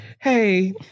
Hey